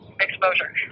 exposure